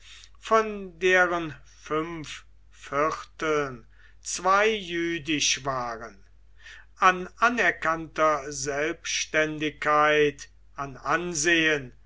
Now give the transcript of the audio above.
von deren fünf vierteln zwei jüdisch waren an anerkannter selbständigkeit an ansehen